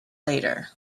later